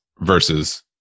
Versus